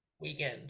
weekend